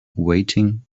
waiting